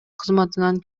кызматынан